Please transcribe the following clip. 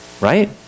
Right